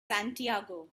santiago